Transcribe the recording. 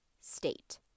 state